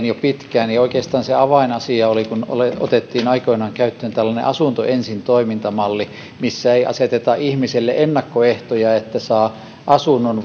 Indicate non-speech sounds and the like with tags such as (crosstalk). (unintelligible) jo pitkään oikeastaan avainasia oli kun otettiin aikoinaan käyttöön tällainen asunto ensin toimintamalli missä ei aseteta ihmiselle ennakkoehtoja että saa asunnon (unintelligible)